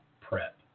prep